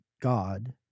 God